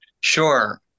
Sure